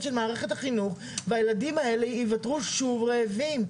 של מערכת החינוך והילדים האלה יישארו שוב רעבים.